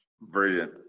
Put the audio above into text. Brilliant